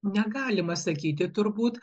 negalima sakyti turbūt